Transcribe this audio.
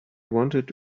wanted